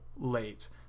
late